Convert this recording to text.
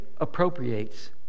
appropriates